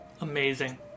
Amazing